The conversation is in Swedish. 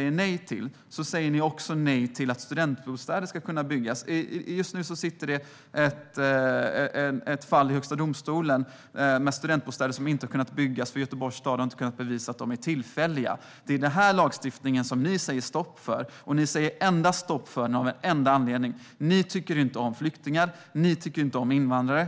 Hedlund, säger ni också nej till att studentbostäder ska kunna byggas. Just nu finns det ett fall i Högsta domstolen som handlar om studentbostäder som inte har kunnat byggas på grund av att Göteborgs stad inte har kunnat bevisa att de är tillfälliga. Det är denna lagstiftning som ni sätter stopp för. Ni sätter stopp för den av en enda anledning, nämligen att ni inte tycker om flyktingar och att ni inte tycker om invandrare.